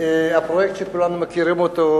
הפרויקט שכולנו מכירים אותו,